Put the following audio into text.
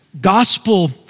gospel